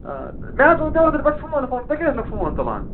آ مےٚ حظ ووت اوترٕ پٮٹھ فون تُہۍ کیٛازِ نہٕ فون تُلان